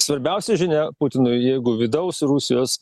svarbiausia žinia putinui jeigu vidaus rusijos